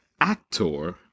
actor